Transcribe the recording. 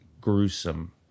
gruesome